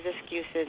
excuses